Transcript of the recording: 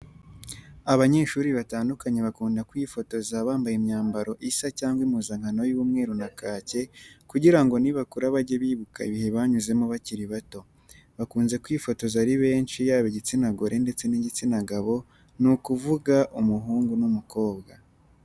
Abanyeshuri batandukanye bakunda kwifotoza bambaye imbyambaro isa cyangwa impuzankano y'umweru na kake kugira ngo nibakura bajye bibuka ibihe banyuzemo bakiri bato. Bakunze kwifotoza ari benshi yaba igitsina gore ndetse n'igitsina gabo ni ukuvuga umuhungu n'umukobwa.